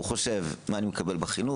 עליו לחשוב: מה אני מקבל בחינוך?